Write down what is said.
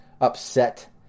upset